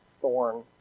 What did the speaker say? thorn